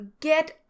get